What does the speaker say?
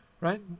right